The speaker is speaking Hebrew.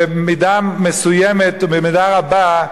במידה מסוימת ובמידה רבה,